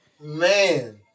Man